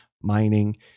mining